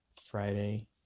Friday